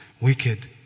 wicked